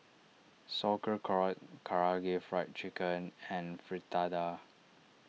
Sauerkraut Karaage Fried Chicken and Fritada